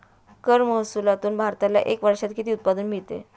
कर महसुलातून भारताला एका वर्षात किती उत्पन्न मिळते?